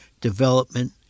development